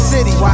City